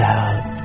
out